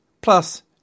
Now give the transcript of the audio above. Plus